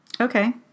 Okay